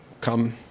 come